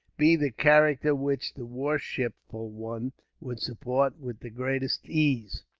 be the character which the worshipful one would support with the greatest ease.